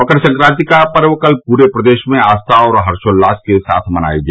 मकर संक्रांति का पर्व कल पूरे प्रदेश में आस्था और हर्षोल्लास के साथ मनाया गया